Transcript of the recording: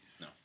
No